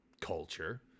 culture